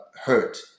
hurt